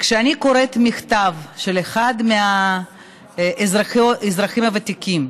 וכשאני קוראת מכתב של אחת מהאזרחיות הוותיקות,